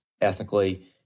ethically